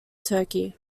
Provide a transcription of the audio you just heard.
turkey